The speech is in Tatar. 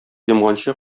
йомганчы